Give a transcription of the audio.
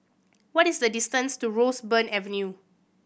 what is the distance to Roseburn Avenue